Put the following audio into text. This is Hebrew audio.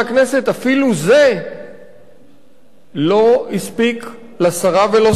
אפילו זה לא הספיק לשרה ולא סיפק אותה.